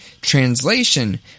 translation